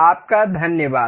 आपका धन्यवाद